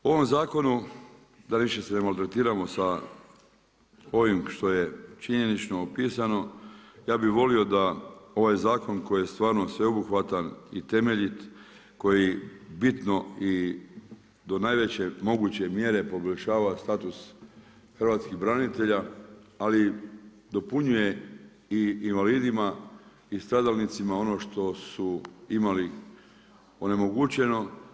U ovom zakonu da više se ne maltretiramo sa ovim što je činjenično opisano, ja bi volio da ovaj zakon koji je stvarno sveobuhvatan i temeljit koji bitno i do najveće moguće mjere poboljšava status hrvatskih branitelja, ali dopunjuje i invalidima i stradalnicima ono što su imali onemogućeno.